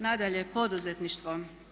Nadalje, poduzetništvo.